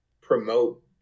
promote